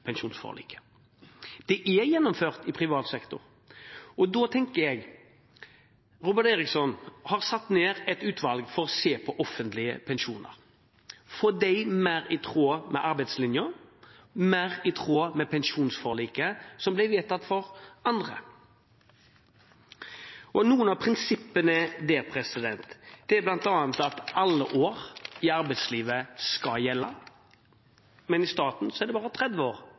pensjonsforliket. Det er gjennomført i privat sektor. Robert Eriksson har satt ned et utvalg for å se på offentlige pensjoner og få dem mer i tråd med arbeidslinjen, mer i tråd med pensjonsforliket som ble vedtatt for andre. Noen av prinsippene der er bl.a. at alle år i arbeidslivet skal gjelde, men i staten er det bare 30 år